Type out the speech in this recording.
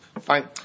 Fine